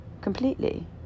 completely